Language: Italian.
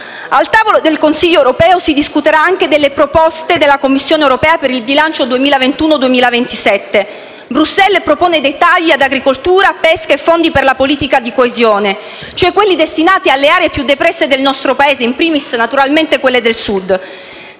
Al tavolo del Consiglio europeo si discuterà anche delle proposte della Commissione europea per il bilancio 2021-2027. Bruxelles propone dei tagli ad agricoltura, pesca e fondi per la politica di coesione, cioè quelli destinati alle aree più depresse del nostro Paese, *in primis*, naturalmente, quelle del Sud.